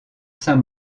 saint